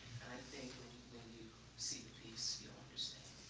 think when you when you see the piece you'll understand.